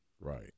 right